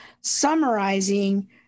summarizing